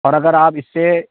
اور اگر آپ اس سے